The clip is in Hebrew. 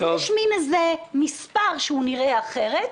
יש מין איזה מספר שהוא נראה אחרת,